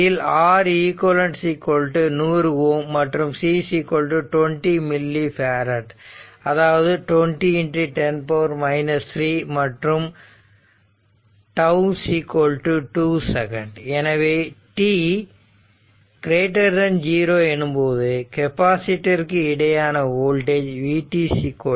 இதில் R eq 100 Ω மற்றும் C 20 milli farad அதாவது 20 10 3 மற்றும் τ 2 செகண்ட் எனவே t 0 எனும்போது கெப்பாசிட்டருக்கு இடையேயான voltage v t V0 e t τ